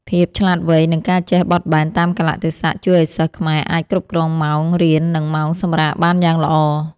ភាពឆ្លាតវៃនិងការចេះបត់បែនតាមកាលៈទេសៈជួយឱ្យសិស្សខ្មែរអាចគ្រប់គ្រងម៉ោងរៀននិងម៉ោងសម្រាកបានយ៉ាងល្អ។